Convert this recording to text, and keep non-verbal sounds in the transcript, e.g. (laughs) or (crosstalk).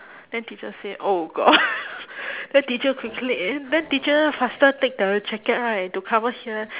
then teacher say oh god (laughs) then teacher quickly i~ then teacher faster take the jacket right to cover here